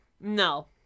No